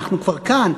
אנחנו כבר כאן,